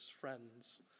friends